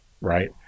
right